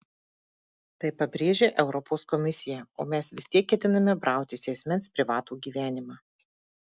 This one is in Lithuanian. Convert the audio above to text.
tai pabrėžia europos komisija o mes vis tiek ketiname brautis į asmens privatų gyvenimą